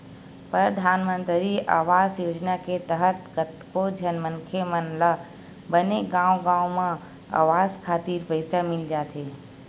परधानमंतरी आवास योजना के तहत कतको झन मनखे मन ल बने गांव गांव म अवास खातिर पइसा मिल जाथे